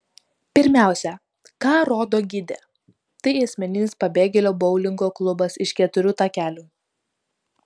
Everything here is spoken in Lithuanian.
pirmiausia ką rodo gidė tai asmeninis pabėgėlio boulingo klubas iš keturių takelių